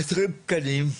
חסרים תקנים,